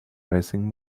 racing